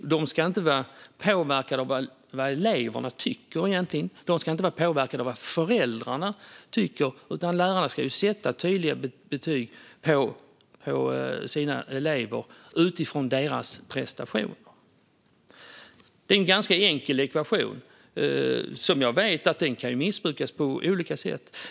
Lärarna ska inte vara påverkade av vad eleverna eller föräldrarna tycker, utan de ska sätta tydliga betyg på sina elever utifrån deras prestation. Det är en ganska enkel ekvation som jag vet kan missbrukas på olika sätt.